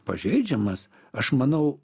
pažeidžiamas aš manau